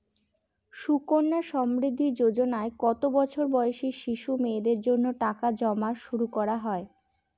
সুকন্যা সমৃদ্ধি যোজনায় কত বছর বয়সী শিশু মেয়েদের জন্য টাকা জমা করা শুরু হয়?